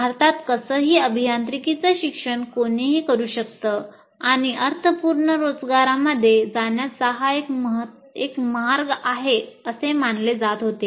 भारतात कसंही अभियांत्रिकीचं शिक्षण कोणीही करू शकतं आणि अर्थपूर्ण रोजगारामध्ये जाण्याचा हा एक मार्ग आहे असे मानलं जात होते